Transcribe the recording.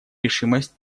решимость